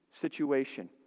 situation